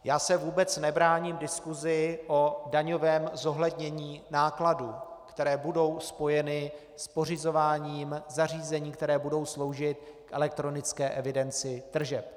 Já se vůbec nebráním diskusi o daňovém zohlednění nákladů, které budou spojeny s pořizováním zařízení, která budou sloužit k elektronické evidenci tržeb.